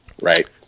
right